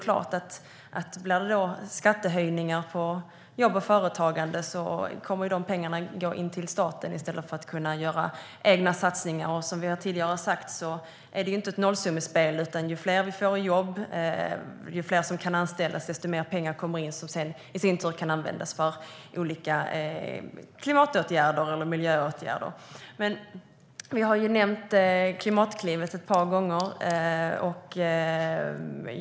Blir det då skattehöjningar på jobb och företagande kommer de pengarna att gå in till staten i stället för att företagen kan göra egna satsningar. Som vi tidigare har sagt är det inte ett nollsummespel. Ju fler vi får i jobb och ju fler som kan anställas, desto mer pengar kommer in som sedan i sin tur kan användas för olika klimatåtgärder eller miljöåtgärder. Vi har nämnt Klimatklivet ett par gånger.